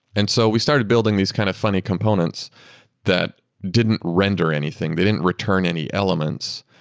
and so we started building these kind of funny components that didn't render anything. they didn't return any elements.